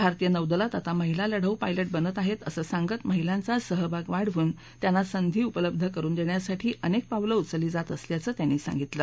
भारतीय नौदलात आता महिला लढाऊ पायलट बनत आहेत असं सांगत महिलांचा सहभाग वाढवून त्यांना संधी उपलब्ध करुन देण्यासाठी अनेक पावलं उचलली जात असल्याचं त्यांनी सांगितलं